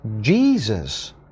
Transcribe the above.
Jesus